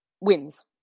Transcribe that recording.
wins